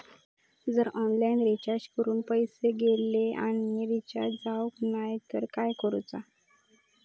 जर online recharge करून पैसे गेले आणि रिचार्ज जावक नाय तर काय करूचा?